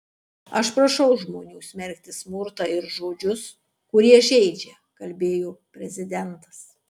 aš prašau žmonių smerkti smurtą ir žodžius kurie žeidžia kalbėjo prezidentas